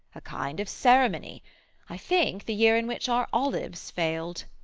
a kind of ceremony i think the year in which our olives failed.